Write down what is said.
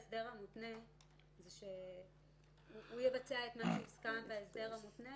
הרעיון --- ההסדר המותנה הוא שהוא יבצע את מה שהוסכם בהסדר המותנה